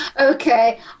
okay